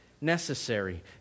necessary